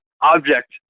object